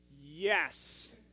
yes